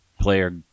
player